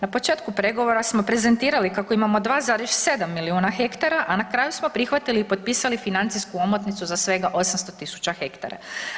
Na početku pregovora smo prezentirali kako imamo 2,7 milijuna ha a na kraju smo prihvatili i potpisali financijsku omotnicu za svega 800 000 ha.